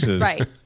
Right